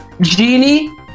genie